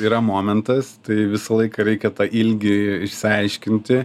yra momentas tai visą laiką reikia tą ilgį išsiaiškinti